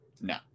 no